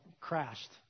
crashed